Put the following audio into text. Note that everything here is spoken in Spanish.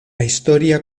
historia